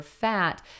fat